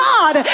God